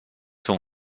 son